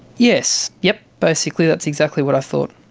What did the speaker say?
yes, yeah basically that's exactly what i thought.